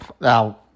Now